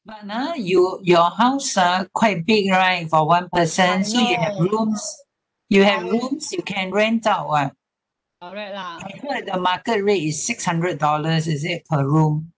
but now you your house ah quite big right for one person so you have rooms you have rooms you can rent out [what] I heard the market rate is six hundred dollars is it per room